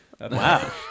Wow